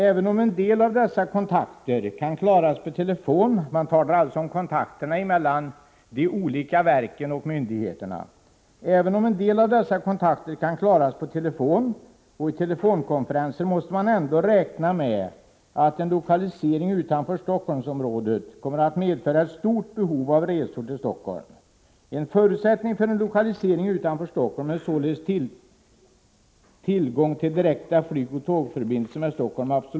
”Även om en del av dessa kontakter” — man talar alltså om kontakterna mellan de olika verken och myndigheterna — ”kan klaras per telefon och i telefonkonferenser måste man ändå räkna med att en lokalisering utanför Stockholmsområdet kommer att medföra ett stort behov av resor till Stockholm. En förutsättning för en lokalisering utanför Stockholm är således tillgång till direkta flygoch tågförbindelser med Stockholm.